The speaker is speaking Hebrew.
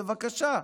בבקשה,